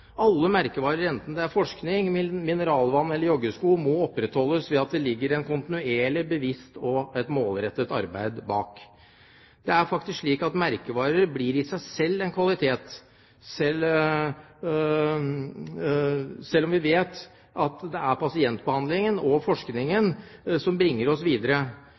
Alle merkevarer, enten det er forskning, mineralvann eller joggesko, må opprettholdes ved at det ligger et kontinuerlig, bevisst og målrettet arbeid bak. Det er faktisk slik at merkevarer i seg selv blir en kvalitet, selv om vi vet at det er pasientbehandlingen og forskningen som bringer oss videre.